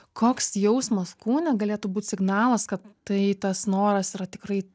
koks jausmas kūne galėtų būt signalas kad tai tas noras yra tikrai